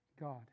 God